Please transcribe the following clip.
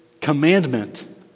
commandment